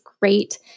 great